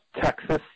Texas